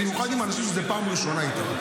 במיוחד עם אנשים שזאת פעם ראשונה איתם.